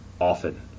often